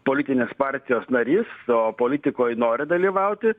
politinės partijos narys o politikoj nori dalyvauti